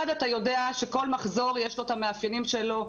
אתה יודע שכל מחזור יש לו את המאפיינים שלו.